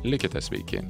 likite sveiki